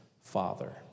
father